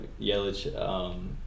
Yelich